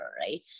right